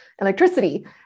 electricity